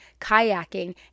kayaking